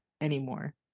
anymore